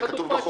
זה כתוב בחוק.